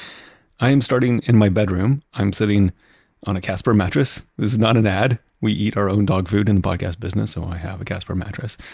i am starting in my bedroom. i am sitting on a casper mattress, this is not an ad. we eat our own dog food in the podcast business, so i have a casper mattress,